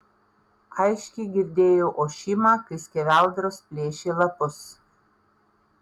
aiškiai girdėjau ošimą kai skeveldros plėšė lapus